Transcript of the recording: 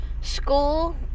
school